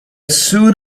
soon